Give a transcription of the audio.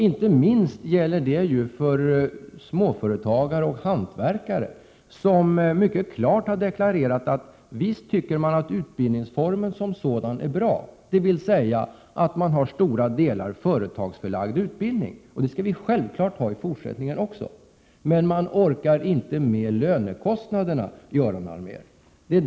Inte minst gäller detta, Göran Allmér, för småföretagare och hantverkare som mycket klart har deklarerat att de visst tycker att utbildningsformen som sådan är bra — dvs. att man har stora delar företagsförlagd utbildning och självfallet vill ha det i fortsättningen också — men att man inte orkar med lönekostnaderna.